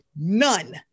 None